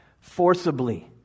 forcibly